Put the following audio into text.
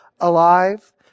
alive